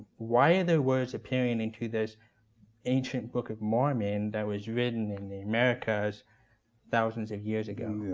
why are their words appearing into this ancient book of mormon that was written in the americas thousands of years ago,